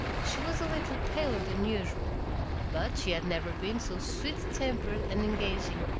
she was a little paler than usual but she had never been so sweet-tempered and engaging,